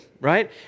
right